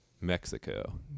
Mexico